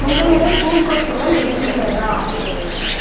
உங்களிடம் பூங்கொத்துகள் இருக்கின்றதா